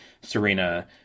Serena